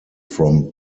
from